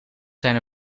zijn